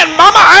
mama